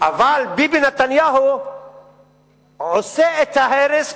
אבל ביבי נתניהו עושה את ההרס,